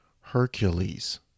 Hercules